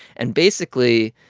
and basically,